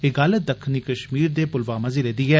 एह् गल्ल दक्खनी कष्मीर दे पुलवामा जिले दी ऐ